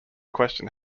question